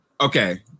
Okay